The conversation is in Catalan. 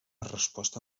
resposta